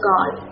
God